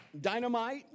dynamite